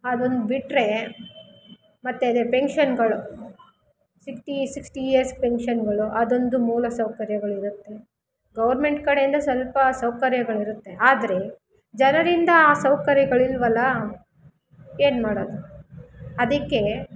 ಅದನ್ನು ಬಿಟ್ಟರೆ ಮತ್ತು ಅದೇ ಪೆನ್ಶನ್ಗಳು ಸಿಕ್ಟಿ ಸಿಕ್ಸ್ಟಿ ಇಯರ್ಸ್ ಪೆನ್ಶನ್ಗಳು ಅದೊಂದು ಮೂಲ ಸೌಕರ್ಯಗಳು ಇರುತ್ತೆ ಗೌರ್ಮೆಂಟ್ ಕಡೆಯಿಂದ ಸ್ವಲ್ಪ ಸೌಕರ್ಯಗಳಿರುತ್ತೆ ಆದರೆ ಜನರಿಂದ ಆ ಸೌಕರ್ಯಗಳಿಲ್ವಲ್ಲ ಏನು ಮಾಡೋದು ಅದಕ್ಕೆ